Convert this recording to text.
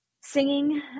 singing